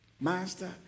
Master